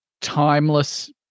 Timeless